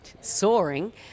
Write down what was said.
soaring